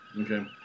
Okay